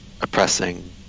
oppressing